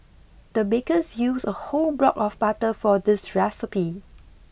the bakers used a whole block of butter for this recipe